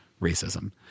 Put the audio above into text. racism